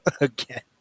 again